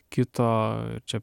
kito čia